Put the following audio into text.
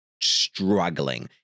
struggling